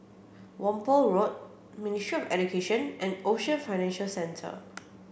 Whampoa Road Ministry Education and Ocean Financial Centre